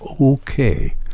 okay